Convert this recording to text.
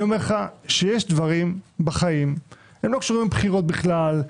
יש דברים בחיים שלא קשורים לבחירות בכלל,